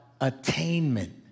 attainment